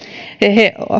he